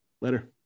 Later